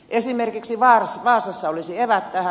esimerkiksi vaasassa olisi eväät tähän